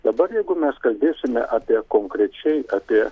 dabar jeigu mes kalbėsime apie konkrečiai apie